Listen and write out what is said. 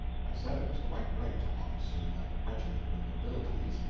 i said it was quite right to officer that regiment with nobilities,